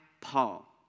Paul